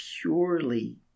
purely